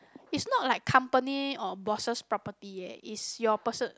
is not like company or bosses property is your person